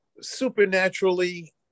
supernaturally